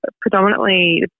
predominantly